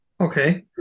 Okay